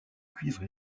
cuivre